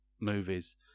movies